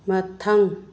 ꯃꯊꯪ